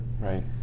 Right